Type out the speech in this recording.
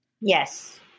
yes